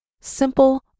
simple